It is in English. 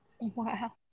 Wow